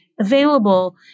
available